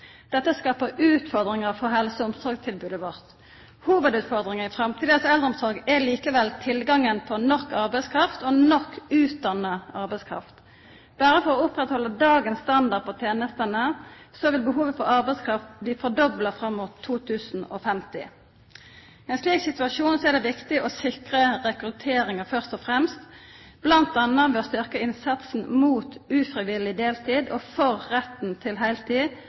Dette skapar utfordringar for helse- og omsorgstilbodet vårt. Hovudutfordringa i framtidas eldreomsorg er likevel tilgangen på nok arbeidskraft og nok utdanna arbeidskraft. Berre for å halda oppe dagens standard på tenestene vil behovet for arbeidskraft bli fordobla fram mot 2050. I ein slik situasjon er det viktig å sikra rekrutteringa først og fremst, bl.a. ved å styrkja innsatsen mot ufrivillig deltid og for retten til heiltid,